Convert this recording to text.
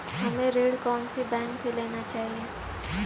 हमें ऋण कौन सी बैंक से लेना चाहिए?